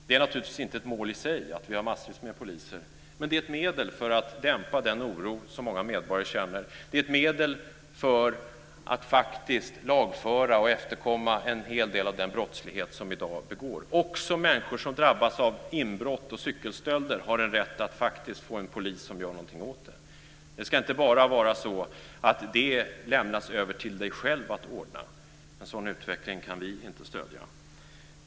Det är naturligtvis inte ett mål i sig att vi har massvis med poliser. Men det är ett medel för att dämpa den oro som många medborgare känner. Det är ett medel för att faktiskt lagföra och efterkomma en hel del av den brottslighet som i dag begås. Också människor som drabbas av inbrott och cykelstölder har en rätt att faktiskt få en polis som gör någonting åt det. Det ska inte bara vara så att det lämnas över till dig själv att ordna. En sådan utveckling kan inte vi stödja.